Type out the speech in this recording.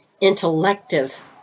intellective